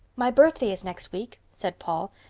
my birthday is next week, said paul,